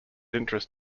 interest